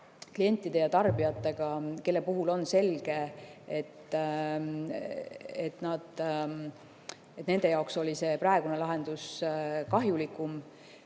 klientidega, nende tarbijatega, kelle puhul on selge, et nende jaoks oli see praegune lahendus kahjulikum,